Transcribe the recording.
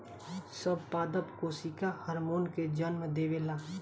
सब पादप कोशिका हार्मोन के जन्म देवेला